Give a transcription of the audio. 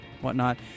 whatnot